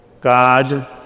God